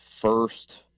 first